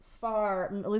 far